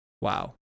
Wow